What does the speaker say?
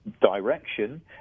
direction